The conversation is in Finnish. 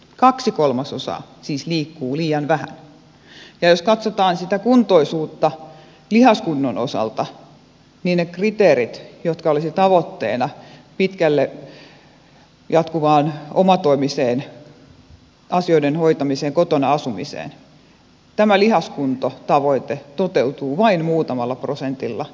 kaksi kolmasosaa siis liikkuu liian vähän ja jos katsotaan sitä kuntoisuutta lihaskunnon osalta niin ne kriteerit jotka olisivat tavoitteena pitkälle jatkuvaan omatoimiseen asioiden hoitamiseen kotona asumiseen tämä lihaskuntotavoite toteutuu vain muutamalla prosentilla iäkkäistä ihmisistä